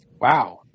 Wow